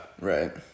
Right